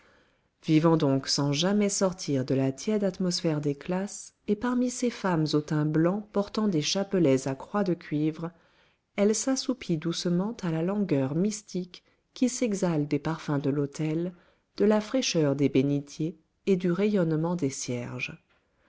vivant donc sans jamais sortir de la tiède atmosphère des classes et parmi ces femmes au teint blanc portant des chapelets à croix de cuivre elle s'assoupit doucement à la langueur mystique qui s'exhale des parfums de l'autel de la fraîcheur des bénitiers et du rayonnement des cierges